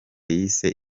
yise